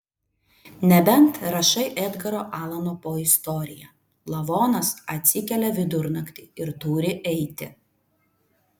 nebent rašai edgaro alano po istoriją lavonas atsikelia vidurnaktį ir turi eiti